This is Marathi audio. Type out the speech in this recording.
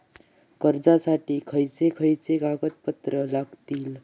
कर्जासाठी खयचे खयचे कागदपत्रा लागतली?